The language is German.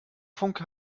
funke